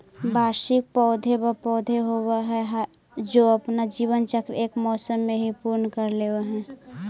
वार्षिक पौधे व पौधे होवअ हाई जो अपना जीवन चक्र एक मौसम में ही पूर्ण कर ले हई